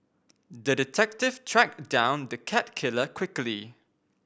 the detective tracked down the cat killer quickly